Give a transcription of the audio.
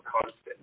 constant